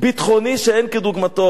ביטחוני שאין כדוגמתו.